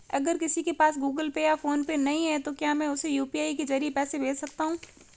अगर किसी के पास गूगल पे या फोनपे नहीं है तो क्या मैं उसे यू.पी.आई के ज़रिए पैसे भेज सकता हूं?